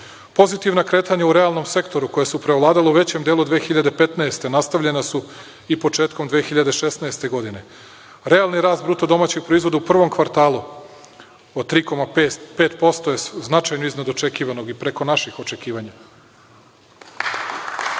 Pozitivna kretanja u realnom sektoru koja su preovladala u većem delu 2015, nastavljena su i početkom 2016. godine. Realni rast bruto domaćeg proizvoda u prvom kvartalu od 3,5% su značajni iznad očekivanog i preko naših očekivanja. To